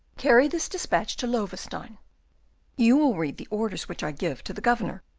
carry this despatch to loewestein you will read the orders which i give to the governor,